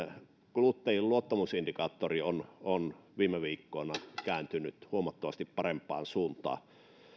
kuluttajien luottamusindikaattori on on viime viikkoina kääntynyt huomattavasti parempaan suuntaan